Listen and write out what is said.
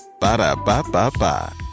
Ba-da-ba-ba-ba